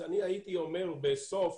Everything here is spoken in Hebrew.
אז אני הייתי אומר בסוף